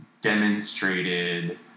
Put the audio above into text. demonstrated